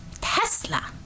Tesla